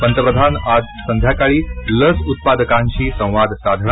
पंतप्रधान आज संध्याकाळी लस उत्पादकांशी संवाद साधणार